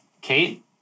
Kate